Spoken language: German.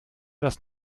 das